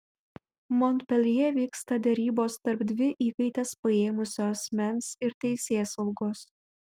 monpeljė vyksta derybos tarp dvi įkaites paėmusio asmens ir teisėsaugos